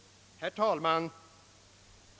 Herr talman!